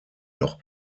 noch